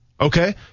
Okay